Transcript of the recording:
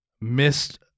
missed